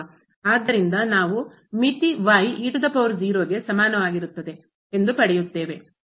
ಆದ್ದರಿಂದ ನಾವು ಮಿತಿ ಗೆ ಸಮಾನವಾಗಿರುತ್ತದೆ ಎಂದು ಪಡೆಯುತ್ತೇವೆ